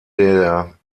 der